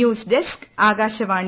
news desk Akashvani